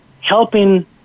helping